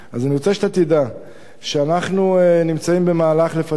אני רוצה שאתה תדע שאנחנו נמצאים במהלך לפיתוח